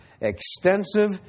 Extensive